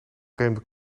vreemde